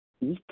eat